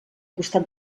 costat